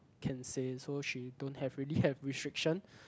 can say so she don't have really have restriction